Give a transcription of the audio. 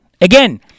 Again